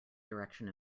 direction